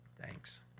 thanks